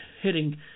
hitting